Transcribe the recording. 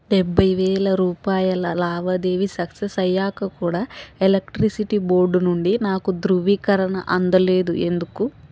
డెబ్భై వేల రూపాయల లావాదేవీ సక్సెస్ అయ్యాక కూడా ఎలెక్ట్రిసిటీ బోర్డు నుండి నాకు ధ్రువీకరణ అందలేదు ఎందుకు